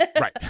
Right